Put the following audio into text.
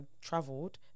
traveled